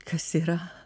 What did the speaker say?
kas yra